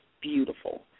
beautiful